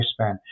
lifespan